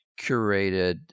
curated